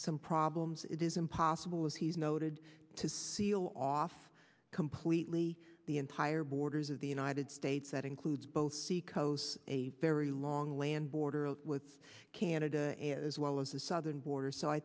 some problems it is impossible as he's noted to seal off completely the entire borders of the united states that includes both seacoast a very long land border with canada as well as the southern border so i